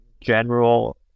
general